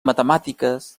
matemàtiques